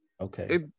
Okay